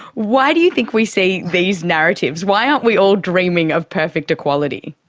why do you think we see these narratives? why aren't we all dreaming of perfect equality?